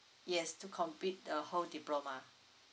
yes to complete the whole diploma